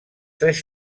tres